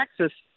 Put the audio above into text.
Texas